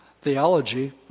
theology